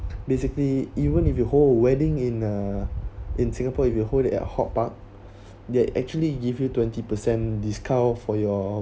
basically even if you hold a wedding in uh in singapore if you hold it at hort park they actually give you twenty percent discount for your